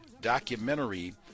documentary